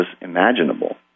imaginable